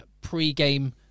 pre-game